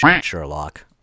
Sherlock